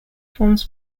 forms